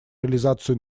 реализацию